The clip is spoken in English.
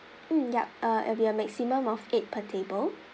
mm ya uh it'll be a maximum of eight per table